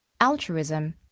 altruism